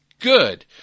Good